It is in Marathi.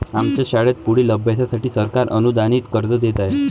आमच्या शाळेत पुढील अभ्यासासाठी सरकार अनुदानित कर्ज देत आहे